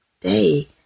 day